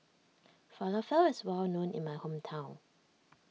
Falafel is well known in my hometown